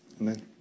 Amen